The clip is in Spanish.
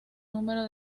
número